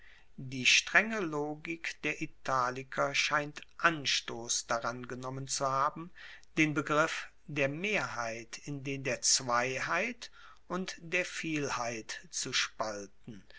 die strenge logik der italiker scheint anstoss daran genommen zu haben den begriff der mehrheit in den der zweiheit und der vielheit zu spalten